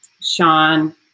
Sean